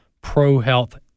pro-health